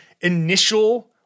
initial